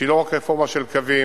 שהיא לא רק רפורמה של קווים,